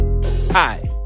Hi